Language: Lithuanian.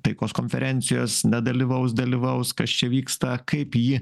taikos konferencijos nedalyvaus dalyvaus kas čia vyksta kaip jį